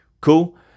cool